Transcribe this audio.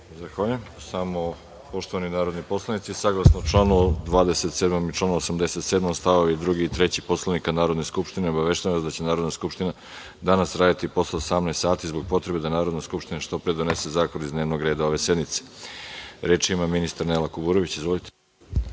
Zahvaljujem. Poštovani narodni poslanici, saglasno članu 27. i članu 87. stavovi 2. i 3. Poslovnika Narodne skupštine, obaveštavam vas da će Narodna skupština danas raditi i posle 18 časova zbog potrebe da Narodna skupština što pre donese zakone iz dnevnog reda ove sednice. Reč ima ministar Nela Kuburović. Izvolite.